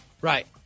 Right